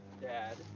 Dad